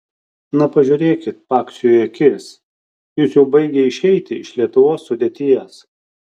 na pažiūrėkit paksiui į akis jis jau baigia išeiti iš lietuvos sudėties